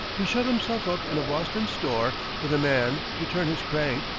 he shut himself up in a boston store with a man to turn his crank,